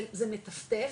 זה מטפטף,